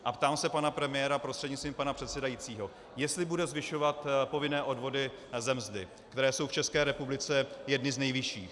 A ptám se pana premiéra prostřednictvím pana předsedajícího, jestli bude zvyšovat povinné odvody ze mzdy, které jsou v ČR jedny z nejvyšších.